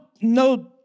no